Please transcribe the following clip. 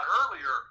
earlier